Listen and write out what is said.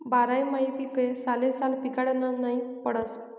बारमाही पीक सालेसाल पिकाडनं नै पडस